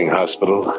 hospital